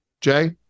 jay